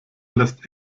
lässt